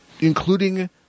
including